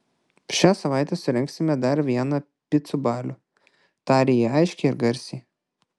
šią savaitę surengsime dar vieną picų balių tarė ji aiškiai ir garsiai